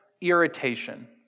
irritation